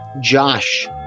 Josh